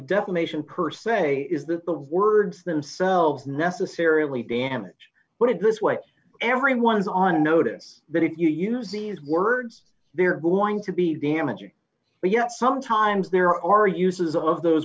defamation per se is that the words themselves necessarily damage what it this way everyone's on notice that if you use these words they're going to be damaging but yet sometimes there are uses of those